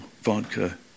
vodka